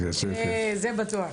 זה בטוח.